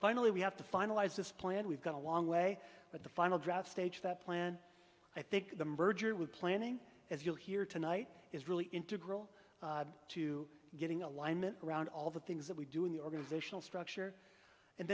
finally we have to finalize this plan we've got a long way but the final draft stage that plan i think the merger with planning as you'll hear tonight is really integral to getting alignment around all the things that we do in the organizational structure and